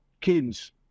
kids